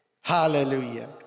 Hallelujah